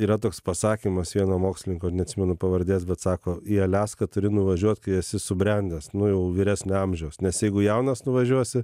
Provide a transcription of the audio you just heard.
yra toks pasakymas vieno mokslininko neatsimenu pavardės bet sako į aliaską turi nuvažiuot kai esi subrendęs nu jau vyresnio amžiaus nes jeigu jaunas nuvažiuosi